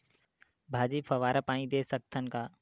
भाजी फवारा पानी दे सकथन का?